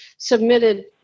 submitted